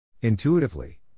Intuitively